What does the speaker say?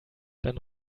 dann